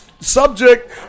Subject